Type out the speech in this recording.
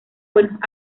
buenos